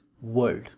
world